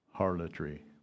Harlotry